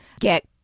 get